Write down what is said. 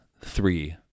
three